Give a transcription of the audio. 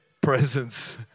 presence